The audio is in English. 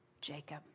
Jacob